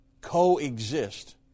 coexist